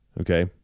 Okay